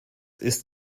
ist